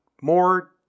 more